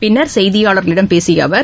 பின்னர் செய்தியாளர்களிடம் பேசிய அவர்